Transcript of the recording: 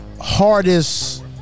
hardest